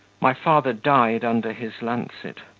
my father died under his lancet,